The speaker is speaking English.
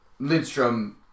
Lidstrom